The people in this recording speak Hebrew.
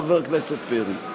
חבר הכנסת פרי.